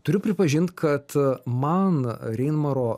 turiu pripažint kad man reinmaro